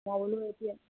মই বোলো এতিয়া